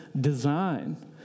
design